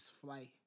flight